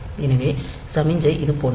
எனவே சமிக்ஞை இது போன்றது